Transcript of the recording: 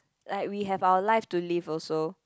like we have our life to live also